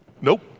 Nope